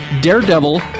Daredevil